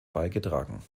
beigetragen